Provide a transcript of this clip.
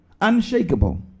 unshakable